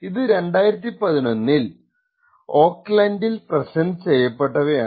ഇത് 2011 ൽ ഓൿലൻഡിൽ പ്രസന്റ് ചെയ്യപ്പെട്ടതാണ്